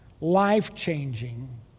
life-changing